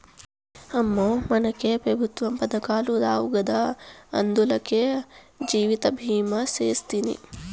అమ్మో, మనకే పెఋత్వ పదకాలు రావు గదా, అందులకే జీవితభీమా సేస్తిని